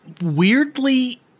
Weirdly